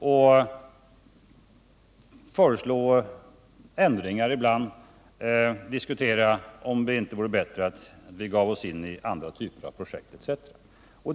Ibland föreslår vi ändringar och diskuterar huruvida det inte vore bättre att satsa på andra typer av projekt, etc.